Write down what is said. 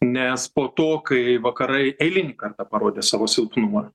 nes po to kai vakarai eilinį kartą parodė savo silpnumą